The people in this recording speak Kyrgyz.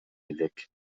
элек